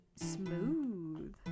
Smooth